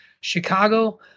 chicago